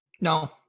No